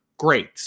great